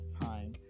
time